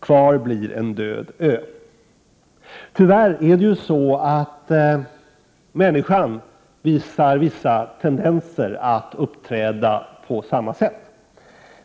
Kvar blir en död ö. . Tyvärr visar människan vissa tendenser att uppträda på samma sätt.